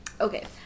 Okay